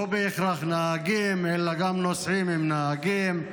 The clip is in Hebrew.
לא בהכרח נהגים, אלא גם נוסעים עם נהגים.